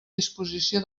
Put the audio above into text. disposició